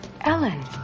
Ellen